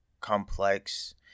complex